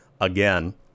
again